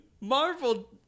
Marvel